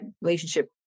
relationship